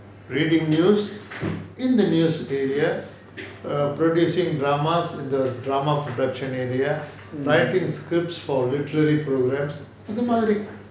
ah